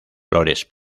flores